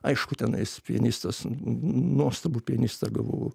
aišku tenais pianistas nuostabų pianistą gavau